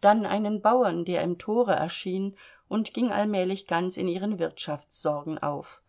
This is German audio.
dann einen bauern der im tore erschien und ging allmählich ganz in ihren wirtschaftssorgen auf